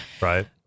Right